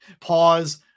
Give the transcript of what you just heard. pause